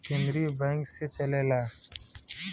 केन्द्रीय बैंक से चलेला